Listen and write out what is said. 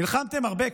נלחמתם הרבה,